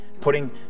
putting